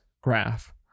graph